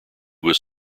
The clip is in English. was